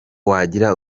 wagira